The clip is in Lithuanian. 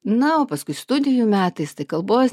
na o paskui studijų metais tai kalbos